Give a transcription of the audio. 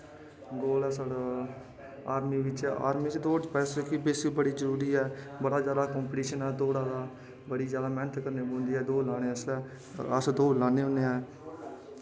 दौड़ अस आर्मी बिच्च दौड़ बड़ी जरूरी ऐ बड़ा जैदा कंपिटिशन ऐ दौड़ा दा बड़ी जैदा मैंह्नत करनी पौंदी ऐ दौड़ लाने आस्तै अस दौड़ लान्ने होन्ने आं